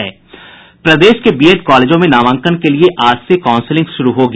प्रदेश के बीएड कॉलेजों में नामांकन के लिये आज से काउंसलिंग शुरू होगी